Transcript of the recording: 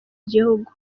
gihugu